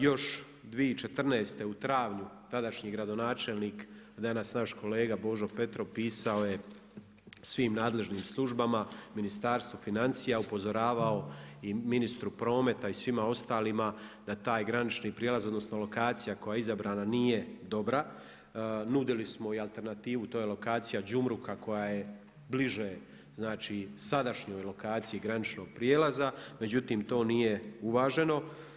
Još 2014. u travnju, tadašnji gradonačelnik a danas naš kolega Božo Petrov, pisao je svim nadležnim službama, Ministarstvu financija, upozoravao i ministru prometa i svima ostalima da taj granični prijelaz odnosno lokacija koja je izabrana nije dobra, nudili smo i alternativu, to je lokacija Đumruka koja je bliže znači sadašnjoj lokaciji graničnog prijelaza, međutim to nije uvaženo.